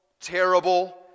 terrible